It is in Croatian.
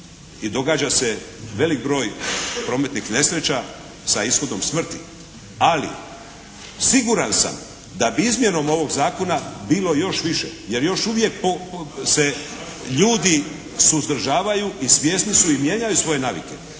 i događa se velik broj prometnih nesreća sa ishodom smrti, ali siguran sam da bi izmjenom ovog Zakona bilo još više, jer još uvijek se ljudi suzdržavaju i svjesni su i mijenjaju svoje navike.